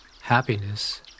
Happiness